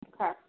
Okay